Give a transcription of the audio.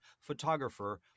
photographer